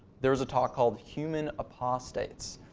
there was talk called human apostates.